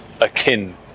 akin